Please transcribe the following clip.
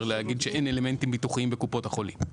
להגיד שאין אלמנטים ביטוחיים בקופות החולים.